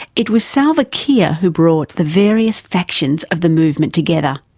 it was salva kiir who brought the various factions of the movement together,